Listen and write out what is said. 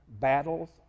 Battles